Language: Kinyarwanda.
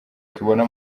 tubona